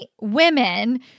women